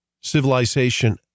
civilization